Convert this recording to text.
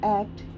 act